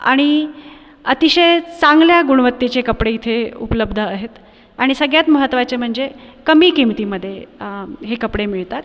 आणि अतिशय चांगल्या गुणवत्तेचे कपडे इथे उपलब्ध आहेत आणि सगळ्यात महत्वाचे म्हणजे कमी किमतीमध्ये हे कपडे मिळतात